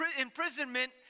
imprisonment